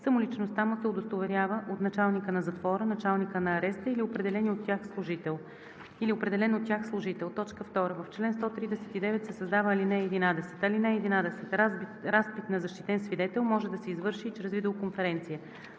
самоличността му се удостоверява от началника на затвора, началника на ареста или определен от тях служител.“ 2. В чл. 139 се създава ал. 11: „(11) Разпит на защитен свидетел може да се извърши и чрез видеоконференция.“